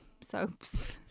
soaps